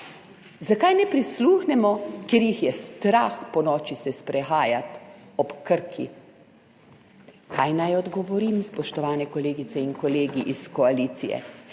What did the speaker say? Zakaj ne prisluhnemo, ker jih je strah ponoči se sprehajati ob Krki. Kaj naj odgovorim, spoštovane kolegice in kolegi iz koalicije?